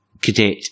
cadet